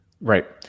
Right